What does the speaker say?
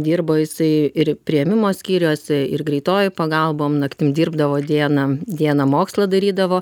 dirbo jisai ir priėmimo skyriuose ir greitoji pagalbom naktim dirbdavo dieną dieną mokslą darydavo